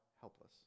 helpless